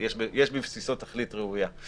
ויש בבסיסו תכלית ראויה.